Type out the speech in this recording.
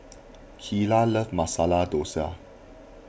Kylah loves Masala Dosa